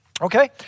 Okay